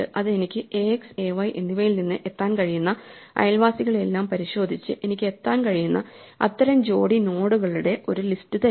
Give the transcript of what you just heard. അത് എനിക്ക് ax ay എന്നിവയിൽ നിന്ന് എത്താൻ കഴിയുന്ന അയൽവാസികളെയെല്ലാം പരിശോധിച്ച് എനിക്ക് എത്താൻ കഴിയുന്ന അത്തരം ജോഡി നോഡുകളുടെ ഒരു ലിസ്റ്റ് തരും